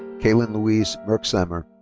kaitlyn louise merksamer.